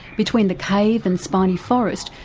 between the cave and spiny forest,